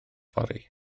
fory